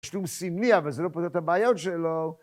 תשלום סימלי, אבל זה לא פותר את הבעיות שלו.